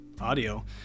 audio